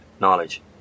knowledge